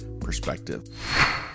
perspective